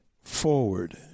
forward